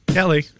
Kelly